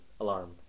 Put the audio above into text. alarm